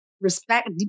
respect